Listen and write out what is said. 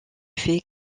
fait